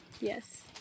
Yes